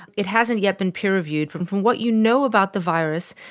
it hasn't yet been peer-reviewed. from from what you know about the virus,